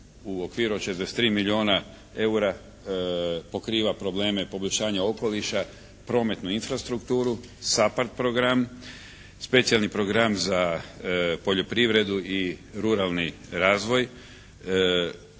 u okviru od 63 milijuna eura pokriva probleme poboljšanja okoliša, prometnu infrastrukturu. SAPARD program, specijalni program za poljoprivredu i ruralni razvoj.